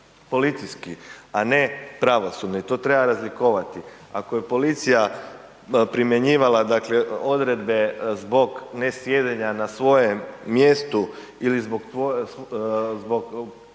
policijski, a ne pravosudni, to treba razlikovati. Ako je policija primjenjivala dakle odredbe zbog ne sjedenja na svojem mjestu ili zbog pijenja